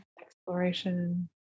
exploration